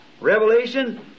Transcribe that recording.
Revelation